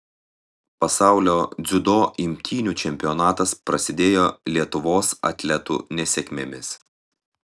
pasaulio dziudo imtynių čempionatas prasidėjo lietuvos atletų nesėkmėmis